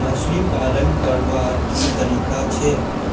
मछली पालन करवार की तरीका छे?